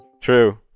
True